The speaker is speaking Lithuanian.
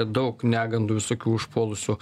daug negandų visokių užpuolusių